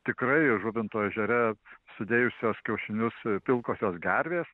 tikrai žuvinto ežere sudėjusios kiaušinius pilkosios gervės